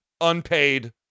Unpaid